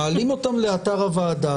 מעלים אותם לאתר הוועדה,